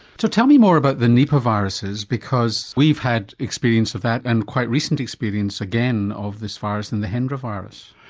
so tell me more about the nipah viruses, because we've had experience of that and quite recent experience again of this virus and the hendra virus.